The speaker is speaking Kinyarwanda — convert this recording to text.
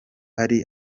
ari